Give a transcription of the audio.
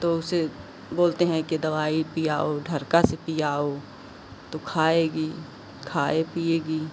तो उसे बोलते हैं कि दवाई पिलाओ ढरका से पिलाओ तो खाएगी खाए पिएगी